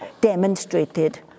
demonstrated